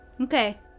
Okay